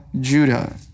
Judah